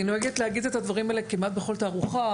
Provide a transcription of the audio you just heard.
אני נוהגת להגיד את הדברים האלה בכמעט בכל תערוכה,